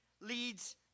leads